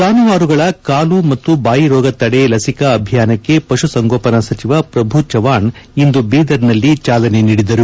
ಜಾನುವಾರುಗಳ ಕಾಲು ಮತ್ತು ಬಾಯಿರೋಗ ತಡೆ ಲಸಿಕಾ ಅಭಿಯಾನಕ್ಕೆ ಪಶು ಸಂಗೋಪನಾ ಸಚಿವ ಪ್ರಭು ಚವ್ಲಾಣ್ ಇಂದು ಬೀದರ್ನಲ್ಲಿ ಚಾಲನೆ ನೀಡಿದರು